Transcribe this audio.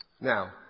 Now